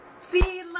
See